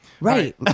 Right